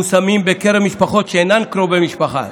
מושמים בקרב משפחות שאינן קרובי משפחה.